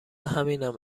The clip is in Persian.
همینم